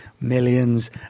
Millions